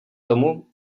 tomu